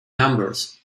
numbers